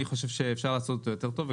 אני חושב שאפשר לעשות אותו יותר טוב,